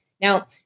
now